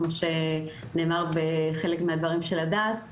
כמו שנאמר בחלק מהדברים של הדס,